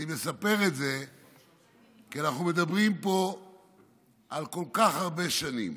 אני מספר את זה כי אנחנו מדברים פה על כל כך הרבה שנים